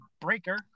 Breaker